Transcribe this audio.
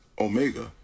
omega